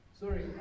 Sorry